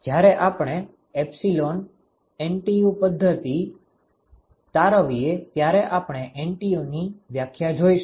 જ્યારે આપણે epsilon NTU પદ્ધતિ તારવીએ ત્યારે આપણે NTUની વ્યાખ્યા જોઈશુ